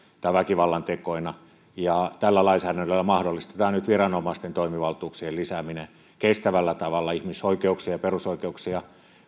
väkivallantekoina tällä lainsäädännöllä mahdollistetaan nyt viranomaisten toimivaltuuksien lisääminen kestävällä tavalla ihmisoikeuksia ja perusoikeuksia